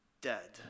dead